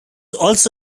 also